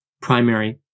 primary